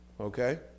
Okay